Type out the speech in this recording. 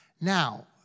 Now